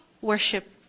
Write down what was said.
worship